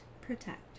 protect